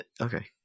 Okay